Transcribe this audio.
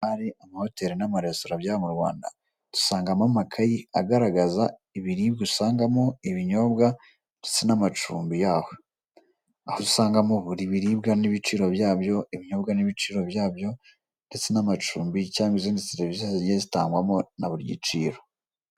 Ama hoteli n'ama resitora bya hano mu Rwanda, dusangamo amakayi agaragaza ibiribwa usangamo, ibinyobwa ndetse n'amacumbi yaho. Aho usangamo buri biribwa n'ibiciro byabyo, ibinyobwa n'ibiciro byabyo ndetse n'amacumbi cyangwa izindi serivise zigiye zitangwamo na buri giciro.